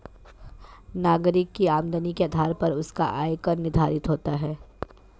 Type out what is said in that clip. नागरिक की आमदनी के आधार पर उसका आय कर निर्धारित होता है